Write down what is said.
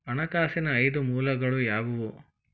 ಹಣಕಾಸಿನ ಐದು ಮೂಲಗಳು ಯಾವುವು?